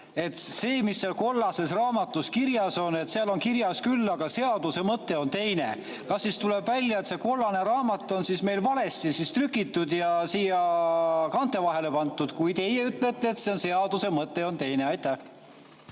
see, mis seal kollases raamatus on kirjas, on seal kirjas küll, aga seaduse mõte on teine. Kas tuleb välja, et see kollane raamat on meil valesti trükitud ja siia kaante vahele pandud, kui teie ütlete, et seaduse mõte on teine? Aitäh,